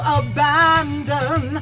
abandon